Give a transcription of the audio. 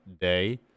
day